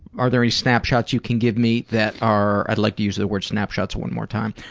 are there any snapshots you can give me that are. i'd like to use the word snapshots one more time.